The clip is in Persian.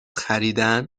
خریدن